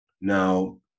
Now